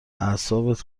اعصابت